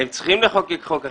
הם צריכים לחוקק חוק אחר.